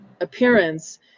appearance